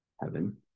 heaven